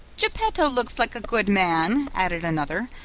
geppetto looks like a good man, added another,